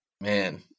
Man